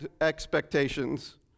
expectations